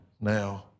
now